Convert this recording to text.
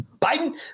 Biden